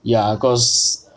ya cause